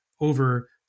over